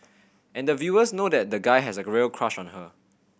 and the viewers know that the guy has a real crush on her